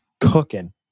cooking